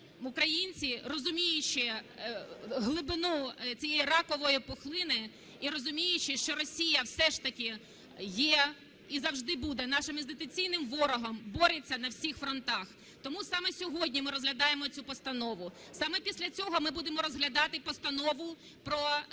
українці, розуміючи глибину цієї ракової пухлини і розуміючи, що Росія все ж таки є і завжди буде нашим екзистенційним ворогом, бореться на всіх фронтах. Тому саме сьогодні ми розглядаємо цю постанову. Саме після цього ми будемо розглядати постанову про скасування